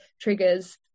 triggers